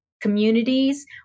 communities